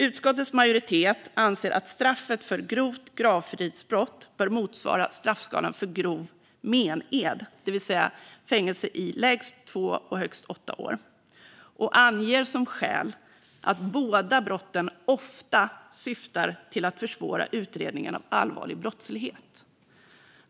Utskottets majoritet anser att straffet för grovt gravfridsbrott bör motsvara straffskalan för grov mened, det vill säga fängelse i lägst två och högst åtta år, och anger som skäl att "båda brotten ofta syftar till att försvåra utredningen av allvarlig brottslighet".